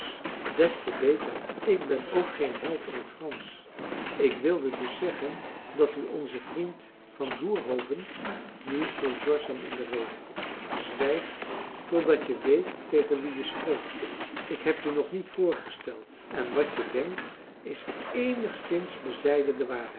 des te beter ik ben ook geen held in het fransch ik wilde dus zeggen dat u onzen vriend van doerhoven marcellus emants een drietal novellen nu viel george hem in de rede zwijg totdat je weet tegen wie je spreekt ik heb je nog niet voorgesteld en wat je denkt is eenigszins bezijden de waarheid